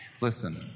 Listen